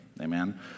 Amen